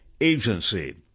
agency